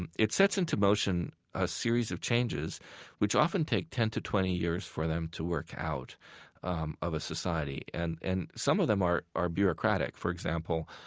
and it sets into motion a series of changes changes which often take ten to twenty years for them to work out um of a society, and and some of them are are bureaucratic. for example,